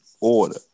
order